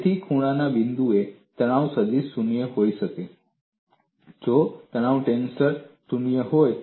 તેથી ખૂણાના બિંદુએ તણાવ સદીશ શૂન્ય હોઈ શકે છે જો તણાવ ટેન્સર પણ શૂન્ય હોય